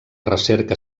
recerca